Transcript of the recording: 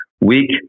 week